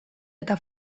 eta